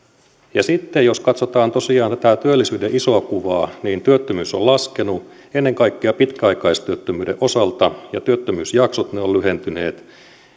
jos katsotaan tosiaan tätä työllisyyden isoa kuvaa niin työttömyys on laskenut ennen kaikkea pitkäaikaistyöttömyyden osalta ja työttömyysjaksot ovat lyhentyneet